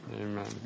Amen